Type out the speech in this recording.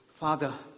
Father